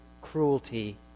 cruelty